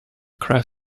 craft